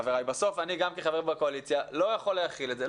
אני גם כחבר הקואליציה לא יכול להכיל את זה.